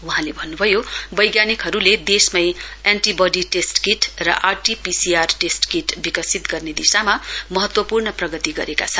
वहाँले भन्नुभयो वैज्ञानिकहरुले देशमै एन्टीवडी टेस्ट किट र R T P C R test kit विकसित गर्ने दिशामा मह्तवपूर्ण प्रगति गरेका छन्